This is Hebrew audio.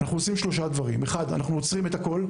עשינו שלושה דברים: ראשית, עצרנו את הכול.